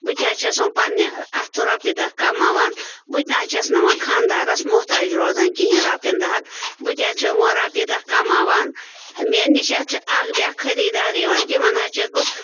بہٕ تہِ حظ چھَس وَن پَنٛنہِ اَتھ رۄپیہِ دَہ کَماوان بہٕ تہِ نہ حظ چھَس نہ وَن خاندارَس محتاج روزان کِہیٖنۍ رۄپیَن دہَن بہٕ تہِ حظ چھِ وَن رۄپیہِ دَہ کَماوان مےٚ نِش اَتھ چھِ اَکھ بیاکھ خٔریٖدار یِوان تِمَن حظ چھَس بہٕ